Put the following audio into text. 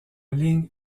ligne